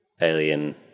alien